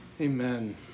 Amen